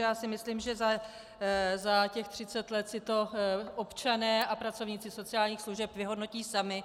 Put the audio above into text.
Já si myslím, že za těch třicet let si to občané a pracovníci sociálních služeb vyhodnotí sami.